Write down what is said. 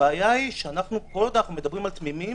הבעיה היא שכל עוד אנחנו מדברים על תמימים